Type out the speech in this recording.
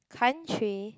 country